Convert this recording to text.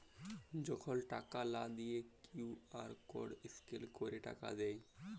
যখল টাকা লা দিঁয়ে কিউ.আর কড স্ক্যাল ক্যইরে টাকা দেয়